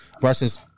versus